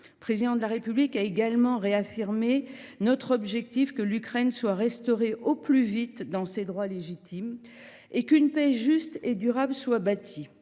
Le Président de la République a également réaffirmé notre objectif que l’Ukraine soit « restaurée au plus vite dans ses droits légitimes et qu’une paix juste et durable soit bâtie